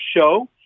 show